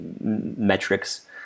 metrics